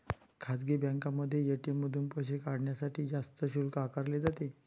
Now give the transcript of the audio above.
खासगी बँकांमध्ये ए.टी.एम मधून पैसे काढण्यासाठी जास्त शुल्क आकारले जाते